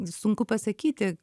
sunku pasakyti